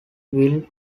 will